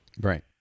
Right